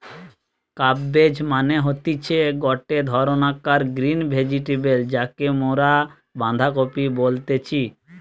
cabbage মানে হতিছে গটে ধরণকার গ্রিন ভেজিটেবল যাকে মরা বাঁধাকপি বলতেছি